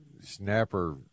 snapper